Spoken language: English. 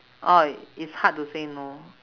orh it's hard to say no